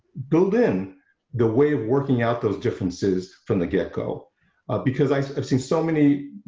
build in the way of working out those differences from the get-go because i've i've seen so many